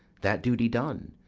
that duty done,